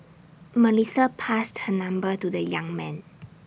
Melissa passed her number to the young man